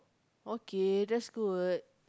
okay that's good